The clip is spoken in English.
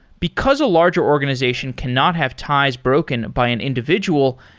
because a larger organization cannot have ties broken by an individual,